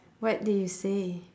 what do you say